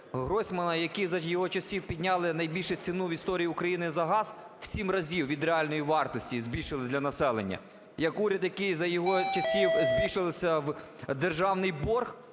Гройсмана, який за його часів підняли найбільше ціну в історії України за газ – у 7 разів від реальної вартості, збільшили для населення; як уряд, який за його часів збільшився державний борг